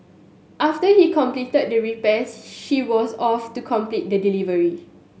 after he completed the repairs she was off to complete the delivery